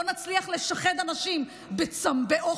לא נצליח לשחד אנשים באוכל,